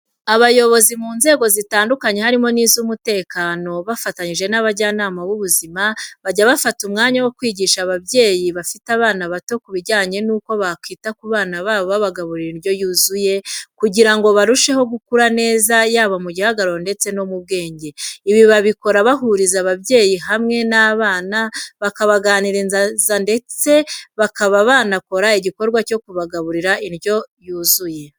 Abayobozi mu nzego zitandukanye harimo n'iz'umutekano, bafatanyije n'abajyanama b'ubuzima, bajya bafata umwanya wo kwigisha ababyeyi bafite abana bato kubijyanye nuko bakita ku bana babo babagaburira indyo yuzuye, kugira ngo barusheho gukura neza, yaba mu gihagararo ndetse no mu bwenge. Ibi babikora bahuriza ababyeyi hamwe ndetse n'abana babo, bakabaganiriza ndetse bakaba banakora igikorwa cyo kugaburira abana indyo yuzuye bateguye.